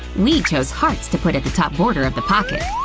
we chose hearts to put at the top border of the pocket.